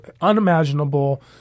unimaginable